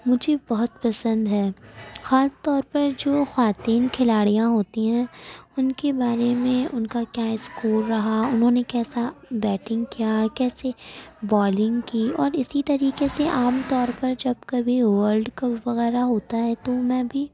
مجھے بہت پسند ہے خاص طور پر جو خواتین کھلاڑیاں ہوتی ہیں ان کے بارے میں ان کا کیا اسکور رہا انہوں نے کیسا بیٹنگ کیا کیسے بالنگ کی اور اسی طریقے سے عام طور پر جب کبھی ورلڈ کپ وغیرہ ہوتا ہے تو میں بھی